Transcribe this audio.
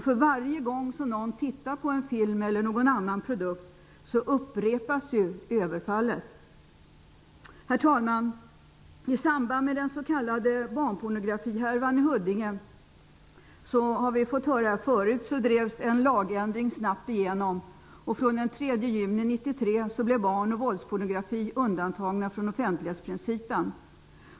För varje gång någon tittar på en film eller någon annan produkt upprepas överfallet. Herr talman! I samband med den s.k. barnpornografihärvan i Huddinge drevs en lagändring snabbt igenom. Det har vi fått höra förut. Från den 3 juni 1993 blev barn och våldspornografi undantagna från offentlighetsprincipen.